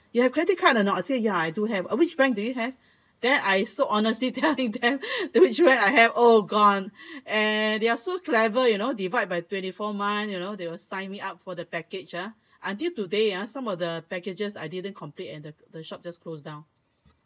uh you have credit card or not I say ya I do have uh which bank do you have then I so honestly telling them which one I have oh gone and they are so clever you know divide by twenty four months you know they will sign me up for the package ah until today ah some of the packages I didn't complete and the the shop just closed down